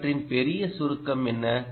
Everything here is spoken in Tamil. இவற்றின் பெரிய சுருக்கம் என்ன